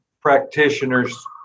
practitioners